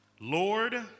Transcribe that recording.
Lord